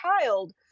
child